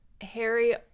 Harry